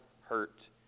hurt